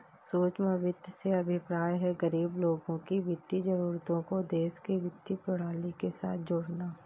सूक्ष्म वित्त से अभिप्राय है, गरीब लोगों की वित्तीय जरूरतों को देश की वित्तीय प्रणाली के साथ जोड़ना